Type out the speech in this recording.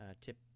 tip